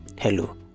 hello